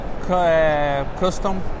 custom